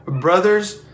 Brothers